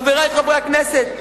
חברי חברי הכנסת,